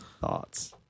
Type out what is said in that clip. thoughts